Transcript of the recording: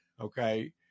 okay